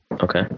Okay